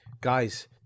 guys